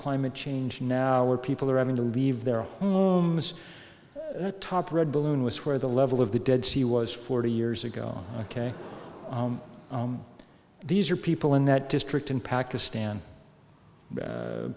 climate change now where people are having to leave their homes atop red balloon was where the level of the dead sea was forty years ago ok these are people in that district in pakistan